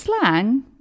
slang